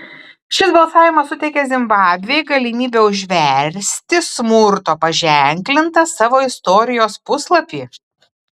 šis balsavimas suteikė zimbabvei galimybę užversti smurto paženklintą savo istorijos puslapį